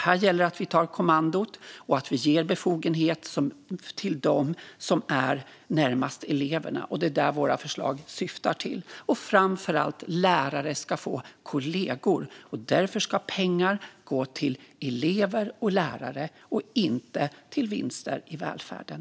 Här gäller det att vi tar kommandot och att vi ger befogenhet till dem som är närmast eleverna. Det är det som våra förslag syftar till. Framför allt ska lärare få kollegor. Pengar ska gå till elever och lärare och inte till vinster i välfärden.